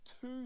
two